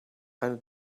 eine